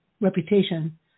reputation